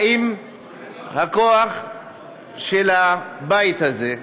היא האם הכוח של הבית הזה,